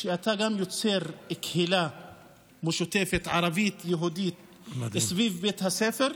אתה גם יוצר קהילה משותפת ערבית-יהודית סביב בית הספר,